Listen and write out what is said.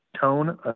tone